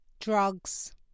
drugs